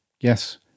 Yes